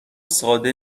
ساده